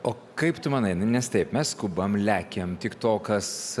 o kaip tu manai nu nes taip mes skubam lekiam tik tokas